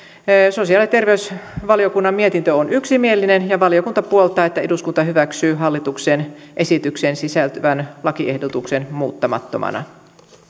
sosiaali ja terveysvaliokunnan mietintö on yksimielinen ja valiokunta puoltaa että eduskunta hyväksyy hallituksen esitykseen sisältyvän lakiehdotuksen muuttamattomana